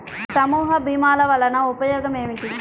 సమూహ భీమాల వలన ఉపయోగం ఏమిటీ?